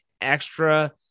extra